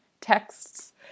texts